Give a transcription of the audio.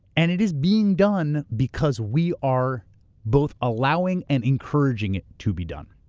and it is being done because we are both allowing and encouraging it to be done.